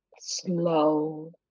slow